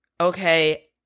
Okay